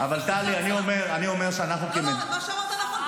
איחוד הצלה.